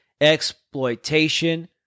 exploitation